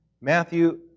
Matthew